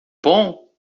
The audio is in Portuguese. bom